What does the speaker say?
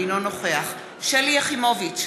אינו נוכח שלי יחימוביץ,